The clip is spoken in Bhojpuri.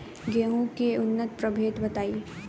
गेंहू के उन्नत प्रभेद बताई?